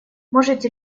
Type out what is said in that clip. можете